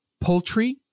poultry